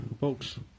folks